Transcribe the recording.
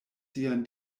sian